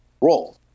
Role